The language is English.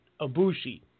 Abushi